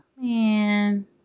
Man